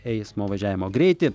eismo važiavimo greitį